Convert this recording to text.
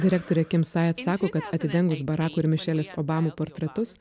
direktorė kim sajat sako kad atidengus barako ir mišelės obamų portretus